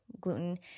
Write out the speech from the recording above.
gluten